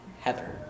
Heather